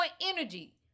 energy